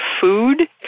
food